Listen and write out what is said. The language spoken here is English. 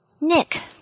Nick